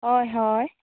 होय होय